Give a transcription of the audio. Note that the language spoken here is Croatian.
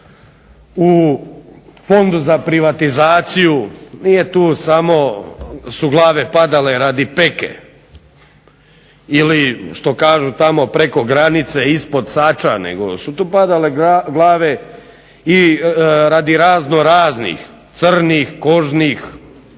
u Fondu za privatizaciju. Nije tu samo su glave padale radi peke ili što kažu tamo preko granice ispod sača, nego su tu padale glave i radi razno raznih crnih kožnih